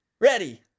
Ready